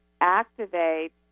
activate